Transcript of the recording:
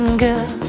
girl